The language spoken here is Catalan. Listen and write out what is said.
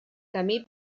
camí